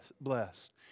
blessed